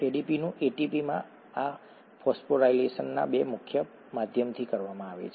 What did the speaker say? ADP નું ATP માં આ ફોસ્ફોરાયલેશન 2 મુખ્ય માધ્યમથી કરવામાં આવે છે